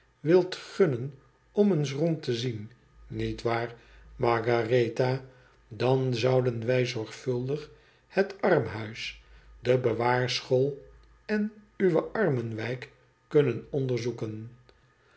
wilt gunnen om eens rond te zien niet waar margaretha dan zouden wij zorgvuldig het armhuis de bewaar school en uwe armenwijk kunnen onderzoeken